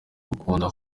agukunda